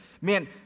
Man